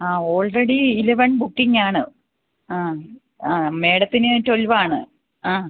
ആ already eleven booking ആണ് ആ ആ മാഡത്തിന് ട്വൽവ് ആണ് ആ